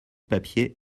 papier